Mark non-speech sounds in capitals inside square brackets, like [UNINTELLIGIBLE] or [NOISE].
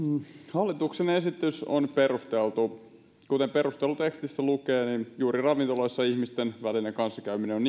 hallituksen esitys on perusteltu kuten perustelutekstissä lukee niin juuri ravintoloissa ihmisten välinen kanssakäyminen [UNINTELLIGIBLE]